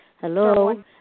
Hello